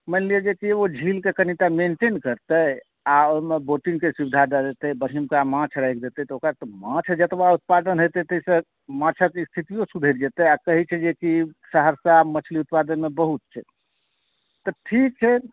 मानि लिअ जे कि ओ झीलके कनिटा मेन्टेन करतै आ ओहिमे बोटिङ्गके सुविधा दऽ देतै बढ़िअका माछ राखि देतै तऽ ओकर तऽ माछ जतबा उत्पादन होयत ताहिसँ माछक स्थितीये सुधरि जेतै आ कहैत छी जे कि सहरसा मछली उत्पादनमे बहुत छै तऽ ठीक छै